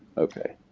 okay.